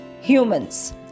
humans